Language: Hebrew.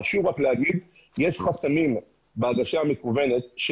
חשוב לומר שיש חסמים בהגשה מקוונת.